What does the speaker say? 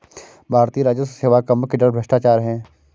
भारतीय राजस्व सेवा का मुख्य डर भ्रष्टाचार है